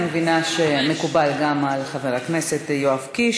אני מבינה שזה מקובל גם על חבר הכנסת יואב קיש.